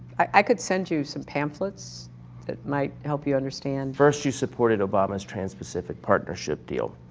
i could send you some pamphlets that might help you understand first you supported obama's trans pacific partnership deal,